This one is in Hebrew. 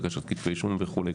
הגשת כתבי אישום וכולי.